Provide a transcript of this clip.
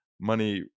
money